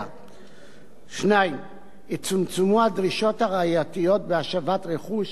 2. יצומצמו הדרישות הראייתיות להשבת רכוש